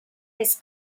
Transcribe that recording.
his